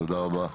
תודה רבה.